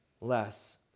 less